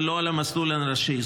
ולא על המסלול הראשי.